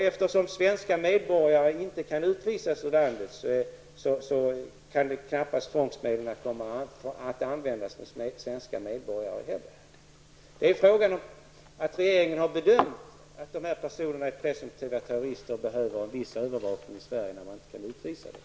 Eftersom svenska medborgare inte kan utvisas ur landet kan tvångsmedlen knappast komma att användas mot svenska medborgare heller. Det är fråga om att regeringen har bedömt att de här personerna är presumtiva terrorister och behöver en viss övervakning i Sverige när man inte kan utvisa dem.